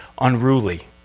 unruly